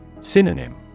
Synonym